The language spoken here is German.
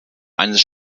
eines